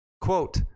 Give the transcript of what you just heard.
Quote